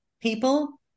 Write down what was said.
people